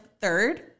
third